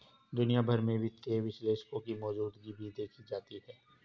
दुनिया भर में वित्तीय विश्लेषकों की मौजूदगी भी देखी जाती है